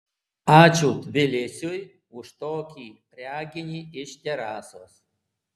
ačiū tbilisiui už tokį reginį iš terasos